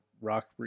rock